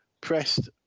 pressed